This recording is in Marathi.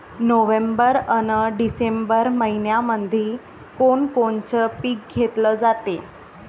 नोव्हेंबर अन डिसेंबर मइन्यामंधी कोण कोनचं पीक घेतलं जाते?